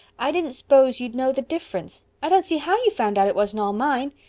i didn't s'pose you'd know the difference. i don't see how you found out it wasn't all mine.